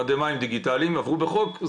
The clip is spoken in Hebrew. מדי מים דיגיטליים עברו בחוק.